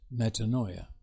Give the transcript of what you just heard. metanoia